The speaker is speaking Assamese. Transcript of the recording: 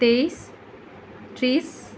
তেইছ ত্ৰিশ